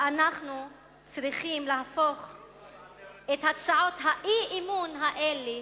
ואנחנו צריכים להפוך את הצעות האי-אמון האלה